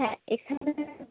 হ্যাঁ এখানে